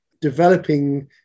developing